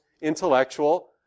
intellectual